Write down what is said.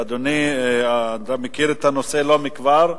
אדוני, אתה מכיר את הנושא, לא מכבר,